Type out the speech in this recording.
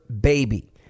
baby